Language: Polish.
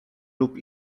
lub